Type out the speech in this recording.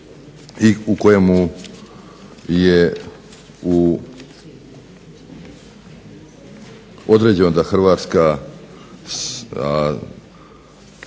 i u kojemu je određeno da Hrvatska